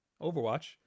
Overwatch